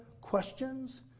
questions